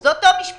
זה אותו משפט.